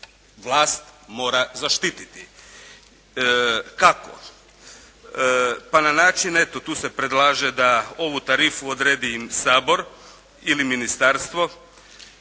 vlast mora zaštititi. Kako? Pa na način eto tu se predlaže da ovu tarifu odredi im Sabor ili ministarstvo